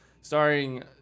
starring